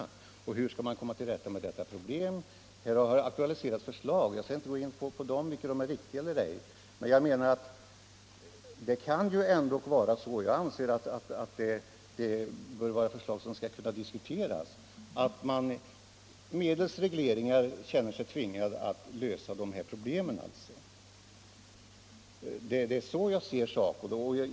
Man har frågat sig hur man skall komma till rätta med detta problem. Här har aktualiserats olika förslag. Jag skall inte gå in på om de är riktiga eller ej, men jag anser att man borde kunna diskutera förslag om att söka lösa de här problemen medelst regleringar. Det är så jag ser saken.